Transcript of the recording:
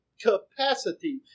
capacity